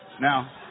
Now